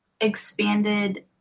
expanded